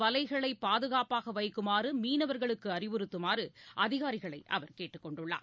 வலைகளைபாதுகாப்பாகவைக்குமாறுமீனவர்களுக்குஅறிவுறுத்துமாறுஅதிகாரிகளைஅவர் படகுமற்றம் கேட்டுக்கொண்டுள்ளார்